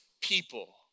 people